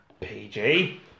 PG